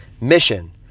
Mission